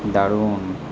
দারুণ